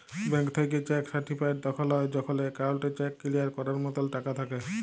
bank থ্যাইকে cheque certified তখল হ্যয় যখল একাউল্টে চ্যাক কিলিয়ার ক্যরার মতল টাকা থ্যাকে